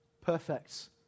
perfect